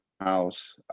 house